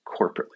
corporately